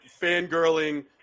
fangirling